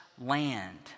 land